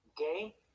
Okay